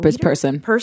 person –